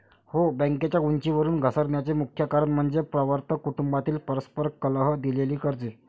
हो, बँकेच्या उंचीवरून घसरण्याचे मुख्य कारण म्हणजे प्रवर्तक कुटुंबातील परस्पर कलह, दिलेली कर्जे